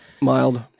Mild